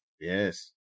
Yes